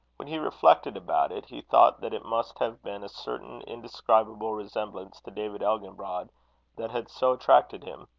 when he reflected about it, he thought that it must have been a certain indescribable resemblance to david elginbrod that had so attracted him.